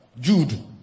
Jude